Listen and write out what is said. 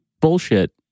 bullshit